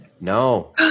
No